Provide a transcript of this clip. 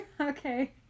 Okay